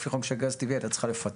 לפי חוק של גז טבעי הייתה צריכה לפצות.